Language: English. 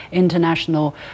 International